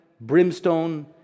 brimstone